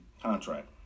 contract